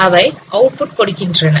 அவை அவுட்புட் கொடுக்கின்றன